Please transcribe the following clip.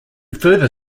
further